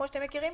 כמו שאתם מכירים,